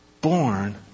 born